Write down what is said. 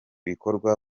bikorwa